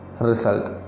result